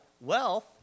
Wealth